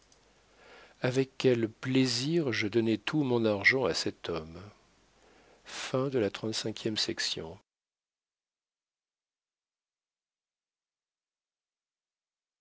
avec quel plaisir je donnai tout mon argent à cet homme